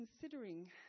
considering